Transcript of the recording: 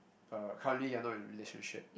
uh currently you are not in a relationship